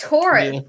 Taurus